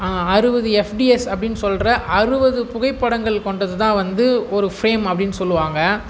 அறுபது எஃப்டிஎஸ் அப்படின்னு சொல்லுற அறுபது புகைப்படங்கள் கொண்டதுதான் வந்து ஒரு ஃப்ரேம் அப்படின்னு சொல்லுவாங்க